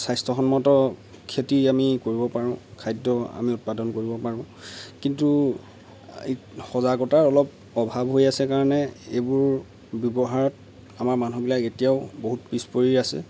স্বাস্থ্যসন্মত খেতি আমি কৰিব পাৰোঁ খাদ্য আমি উৎপাদন কৰিব পাৰোঁ কিন্তু সজাগতাৰ অলপ অভাৱ হৈ আছে কাৰণে এইবোৰ ব্যৱহাৰত আমাৰ মানুহবিলাক এতিয়াও বহুত পিছ পৰি আছে